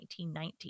1919